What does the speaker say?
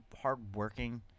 hardworking